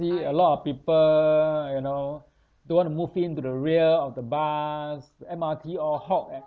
a lot of people you know don't want to move in to the rear of the bus M_R_T all hog eh